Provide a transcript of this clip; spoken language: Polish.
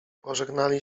pożegnali